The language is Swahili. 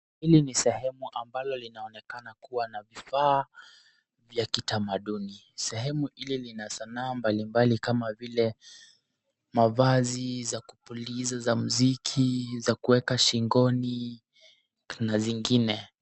Hili ni sehemu ambalo linaonekana kuwa na vifaa vya kitamaduni sehemu ile ina sanaa mbali mbali kama mavazi za kupuliza za mziki za kuweka shingoni na zingine.